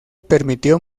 permitió